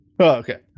Okay